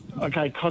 okay